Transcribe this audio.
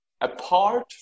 apart